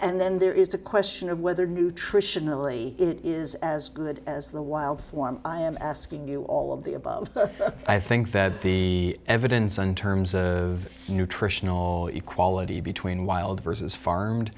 and then there is the question of whether nutritionally is as good as the wild one i am asking you all of the above i think the evidence and terms of nutritional equality between wild versus farmed